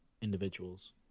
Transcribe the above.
individuals